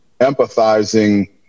empathizing